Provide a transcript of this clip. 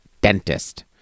dentist